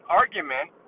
argument